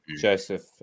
Joseph